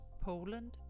Poland